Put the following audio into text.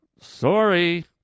Sorry